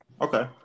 Okay